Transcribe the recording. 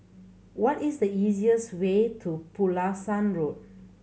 what is the easiest way to Pulasan Road